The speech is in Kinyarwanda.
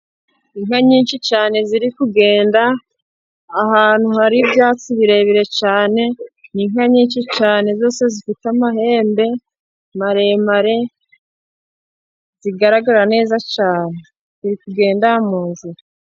Inka nyinshi cyane ziri kugenda ahantu hari ibyatsi birebire cyane, ni inka nyinshi cyane zose zifite amahembe maremare, zigaragara neza cyane, ziri kugenda mu nzira.